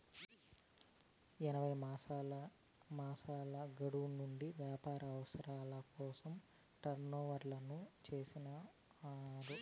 ఎనభై మాసాల గడువు నుండి వ్యాపార అవసరాల కోసం టర్మ్ లోన్లు చేసినారు